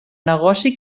negoci